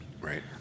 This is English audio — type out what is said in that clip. right